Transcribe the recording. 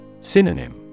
Synonym